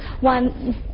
One